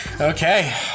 Okay